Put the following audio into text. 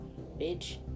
bitch